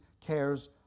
cares